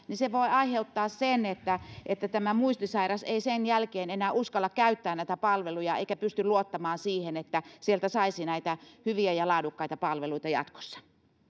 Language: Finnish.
niin se voi aiheuttaa sen että että tämä muistisairas ei sen jälkeen enää uskalla käyttää näitä palveluja eikä pysty luottamaan siihen että sieltä saisi näitä hyviä ja laadukkaita palveluita jatkossa